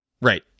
Right